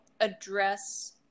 address